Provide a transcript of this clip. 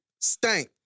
Stank